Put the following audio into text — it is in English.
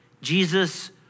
Jesus